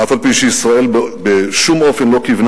אף-על-פי שישראל בשום אופן לא כיוונה